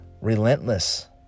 Relentless